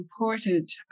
important